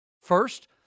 First